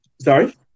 Sorry